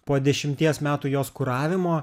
po dešimties metų jos kuravimo